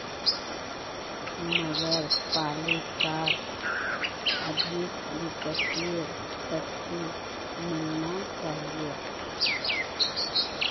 नगर पालिकाक अधिक वित्तीय शक्ति मिलना चाहिए